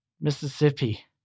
Mississippi